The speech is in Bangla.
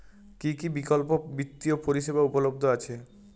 কী কী বিকল্প বিত্তীয় পরিষেবা উপলব্ধ আছে?